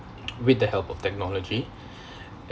with the help of technology